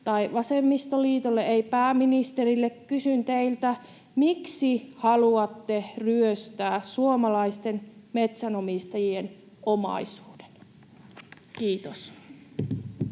tai vasemmistoliitolle, ei pääministerille. Kysyn teiltä: miksi haluatte ryöstää suomalaisten metsänomistajien omaisuuden? — Kiitos.